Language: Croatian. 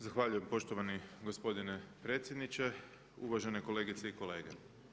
Zahvaljujem poštovani gospodine predsjedniče, uvažene kolegice i kolege.